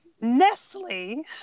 Nestle